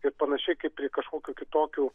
ir panašiai kaip prie kažkokių kitokių